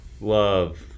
Love